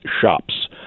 Shops